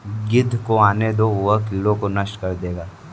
गिद्ध को आने दो, वो कीड़ों को नष्ट कर देगा